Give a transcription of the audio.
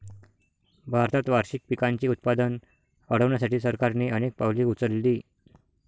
भारतात वार्षिक पिकांचे उत्पादन वाढवण्यासाठी सरकारने अनेक पावले उचलली